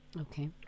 Okay